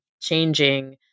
changing